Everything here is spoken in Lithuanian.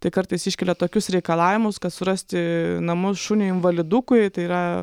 tik kartais iškelia tokius reikalavimus kad surasti namus šuniui invalidukui tai yra